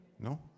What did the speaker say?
no